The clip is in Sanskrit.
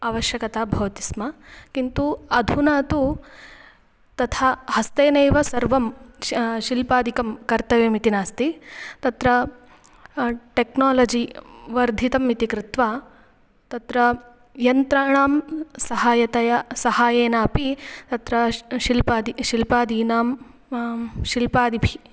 आवश्यकता भवति स्म किन्तु अधुना तु तथा हस्तेनैव सर्वं श शिल्पादिकं कर्तव्यम् इति नास्ति तत्र टेक्नालजि वर्धितम् इति कृत्वा तत्र यन्त्राणां सहायतया सहाय्येन अपि तत्र श् शिल्पादि शिल्पादीनां शिल्पादिभिः